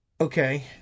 Okay